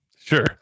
Sure